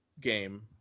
game